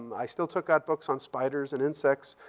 i still took out books on spiders and insects,